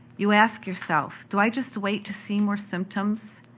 you ask yourself, do i just wait to see more symptoms,